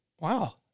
Wow